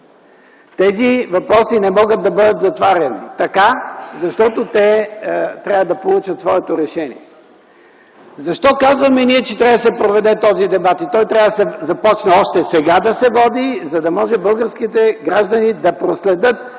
Тези въпроси не могат да бъдат затваряни така, защото те трябва да получат своето решение. Защо ние казваме, че трябва да се проведе този дебат и той трябва да започне още сега да се води, за да може българските граждани да проследят